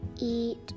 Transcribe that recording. eat